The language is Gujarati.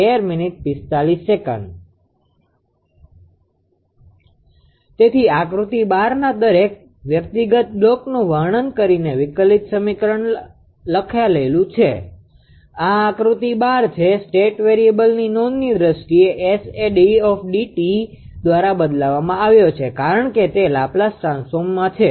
તેથી આકૃતિ 12 ના દરેક વ્યક્તિગત બ્લોકનું વર્ણન કરીને વિકલિત સમીકરણ લખાયેલું છે આ આકૃતિ 12 છે સ્ટેટ વેરીએબલની નોંધની દ્રષ્ટિએ S એ દ્વારા બદલવામાં આવ્યો છે કારણ કે તે લાપ્લાઝ ટ્રાન્સફોર્મમાં છે